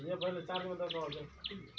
चारि गोटे भऽ गेल की